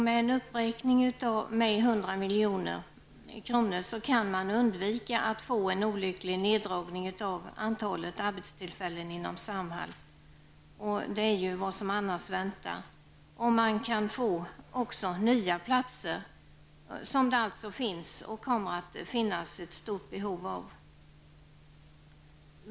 Med en uppräkning med 100 milj.kr. kan man undvika att få en olycklig neddragning av antalet arbetstillfällen inom Samhall -- vilket annars är vad som väntar -- och man kan även få nya platser, som det alltså finns och kommer att finnas ett stort behov av.